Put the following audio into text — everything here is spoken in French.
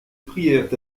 prièrent